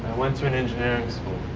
went to an engineering so